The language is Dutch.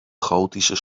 gotische